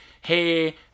hey